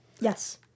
Yes